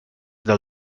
del